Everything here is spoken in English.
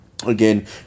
Again